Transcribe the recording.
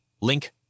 link